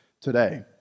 today